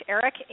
Eric